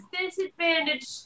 disadvantage